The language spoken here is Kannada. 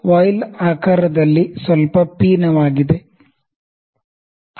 ವಾಯ್ಲ್ ಆಕಾರದಲ್ಲಿ ಸ್ವಲ್ಪ ಕಾನ್ವೆಕ್ಸ್ ಆಗಿದೆ